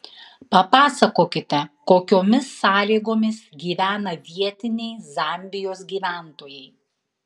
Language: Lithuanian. papasakokite kokiomis sąlygomis gyvena vietiniai zambijos gyventojai